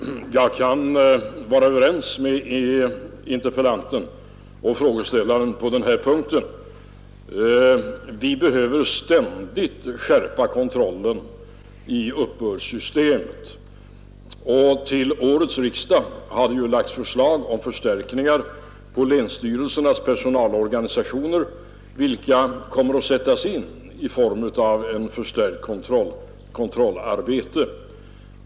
Herr talman! Jag kan vara överens med frågeställaren på denna punkt. Vi behöver ständigt skärpa kontrollen i uppbördssystemet. Till årets riksdag har det lagts förslag om förstärkningar på länsstyrelsernas personalorganisationer, vilka kommer att sättas in för ökad kontroll.